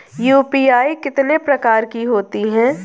UPI कितने प्रकार की होती हैं?